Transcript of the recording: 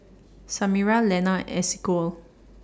Samira Lenna and Esequiel